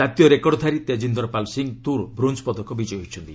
ଜାତୀୟ ରେକର୍ଡ଼ଧାରୀ ତେଜିନ୍ଦର ପାଲ୍ ସିଂ ତୁର୍ ବ୍ରୋଞ୍ ପଦକ ବିଜୟୀ ହୋଇଛନ୍ତି